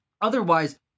otherwise